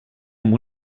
amb